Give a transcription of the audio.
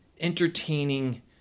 entertaining